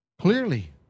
clearly